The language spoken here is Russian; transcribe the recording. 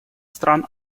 стран